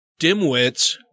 dimwits